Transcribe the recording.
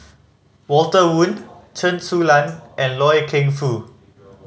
Walter Woon Chen Su Lan and Loy Keng Foo